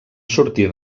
sortir